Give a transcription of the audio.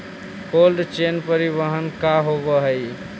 Cold chain परिवहन का होव हइ?